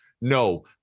No